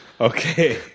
Okay